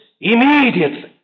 immediately